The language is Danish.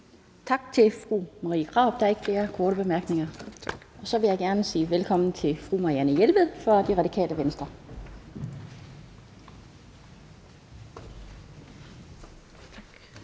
Tak til fru Marie Krarup. Der er ikke flere korte bemærkninger, og så vil jeg gerne sige velkommen til fru Marianne Jelved fra Det Radikale Venstre.